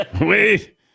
Wait